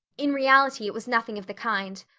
in reality it was nothing of the kind.